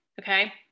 okay